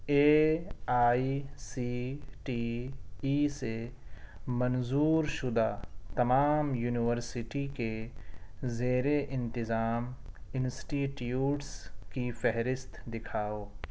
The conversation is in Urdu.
a I C T E سے منظور شدہ تمام یونیورسٹی کے زیر انتظام انسٹیٹیوٹس کی فہرست دکھاؤ